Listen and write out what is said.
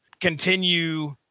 continue